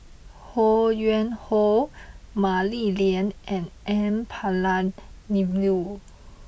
Ho Yuen Hoe Mah Li Lian and N Palanivelu